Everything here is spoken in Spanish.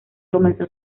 comenzó